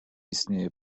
istnieje